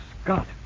Scott